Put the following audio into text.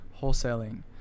Wholesaling